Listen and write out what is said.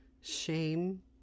shame